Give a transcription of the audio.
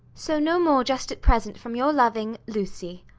so no more just at present from your loving lucy.